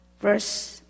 verse